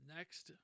Next